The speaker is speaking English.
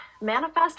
manifest